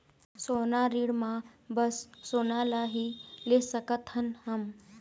सोना ऋण मा बस सोना ला ही ले सकत हन हम?